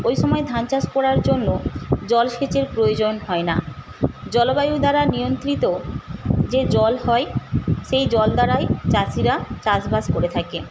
ওই সময় ধান চাষ করার জন্য জল সেচের প্রয়োজন হয় না জলবায়ু দ্বারা নিয়ন্ত্রিত যে জল হয় সেই জল দ্বারাই চাষিরা চাষবাস করে থাকেন